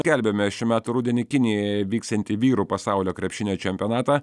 skelbiame šių metų rudenį kinijoje vyksiantį vyrų pasaulio krepšinio čempionatą